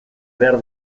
behar